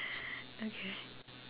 okay